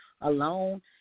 alone